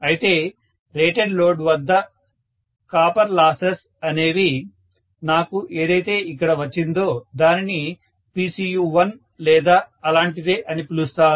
అయితే rated load వద్ద Pcopper అనేవి నాకు ఏదైతే ఇక్కడ వచ్చిందో దానిని Pcu1 లేదా అలాంటిదే అని పిలుస్తాను